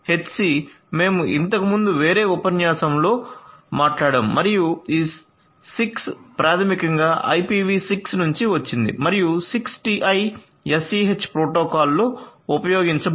6Low PAN HC మేము ఇంతకుముందు వేరే ఉపన్యాసంలో మాట్లాడాము మరియు ఈ 6 ప్రాథమికంగా IPV6 నుండి వచ్చింది మరియు 6TiSCH ప్రోటోకాల్లో ఉపయోగించబడింది